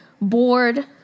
bored